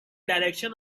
direction